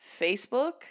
Facebook